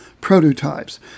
prototypes